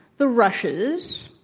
the rush's,